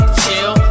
chill